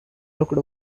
looked